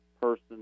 person